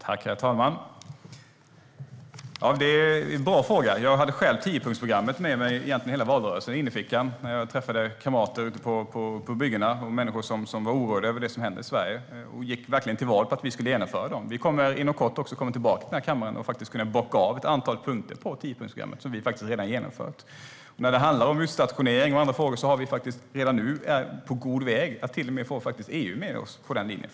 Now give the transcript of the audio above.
Herr talman! Det var en bra fråga. Själv hade jag tiopunktsprogrammet med mig i innerfickan under hela valrörelsen när jag träffade kamrater på olika byggen och människor som var oroliga över det som hände i Sverige. Vi gick till val på att vi skulle genomföra tiopunktsprogrammet. Inom kort kommer vi tillbaka till denna kammare och bockar av ett antal punkter som vi redan har genomfört. När det gäller utstationering är vi på god väg att till och med få med oss EU på den linjen.